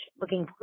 looking